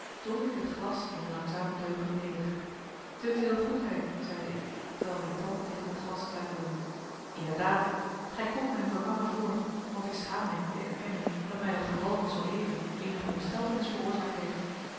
dronk ik het glas in langzame teugen ledig te veel goedheid zeide ik terwijl mijn tanden tegen het glas kletterden inderdaad gij komt mijn verlangen voor want ik schaam mij niet te erkennen dat mij dat geval van zooeven eenige ontsteltenis veroorzaakt heeft